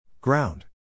Ground